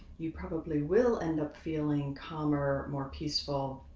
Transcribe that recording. you probably will end up feeling calmer, more peaceful,